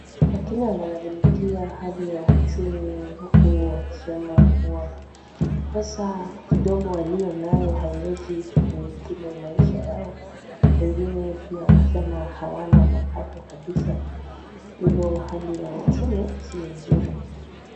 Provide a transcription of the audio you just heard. Wakenya wanalalamikia hali ya uchumi huku wakisema kuwa pesa kidogo walionayo haiwezi kukimu maisha yao. Wengine pia wanasema hawana mapato kabisa hivyo hali ya uchumu siyo mnuri.